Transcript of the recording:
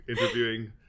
interviewing